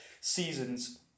season's